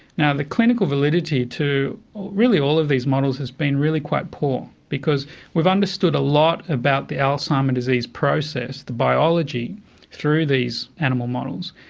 now the clinical validity to really all of these models has been really quite poor, because we've understood a lot about the alzheimer's disease process, the biology through these animal models,